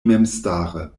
memstare